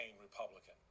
republican